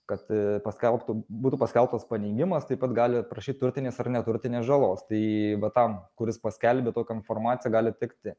kad paskelbtų būtų paskelbtas paneigimas taip pat gali prašyt turtinės ar neturtinės žalos tai va tam kuris paskelbė tokią informaciją gali tekti